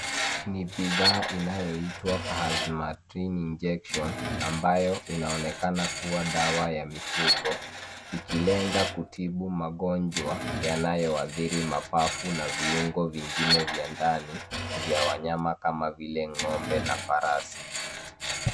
Ni bidhaa inayoitwa Khazmetrin Injection ambayo inaonekana kuwa dawa ya mifugo ikilenga kutibu magonjwa yanayoathiri mapafu na viungo vingine vya ndani vya wanyama kama vile ng'ombe na farasi.